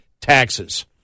Taxes